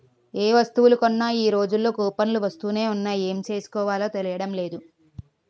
ఏ వస్తువులు కొన్నా ఈ రోజుల్లో కూపన్లు వస్తునే ఉన్నాయి ఏం చేసుకోవాలో తెలియడం లేదు